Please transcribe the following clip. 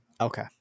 Okay